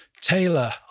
Taylor